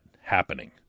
happening